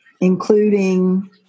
including